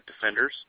defenders